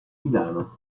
milano